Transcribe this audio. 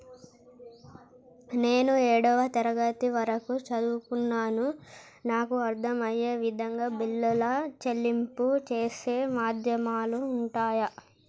నేను ఏడవ తరగతి వరకు చదువుకున్నాను నాకు అర్దం అయ్యే విధంగా బిల్లుల చెల్లింపు చేసే మాధ్యమాలు ఉంటయా?